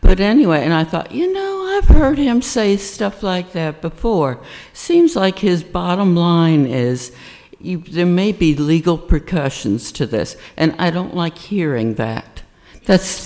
but anyway and i thought you know heard him say stuff like that before seems like his bottom line is there may be legal precautions to this and i don't like hearing that that's